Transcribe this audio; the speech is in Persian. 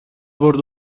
برد